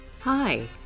Hi